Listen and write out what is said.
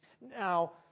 Now